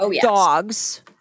dogs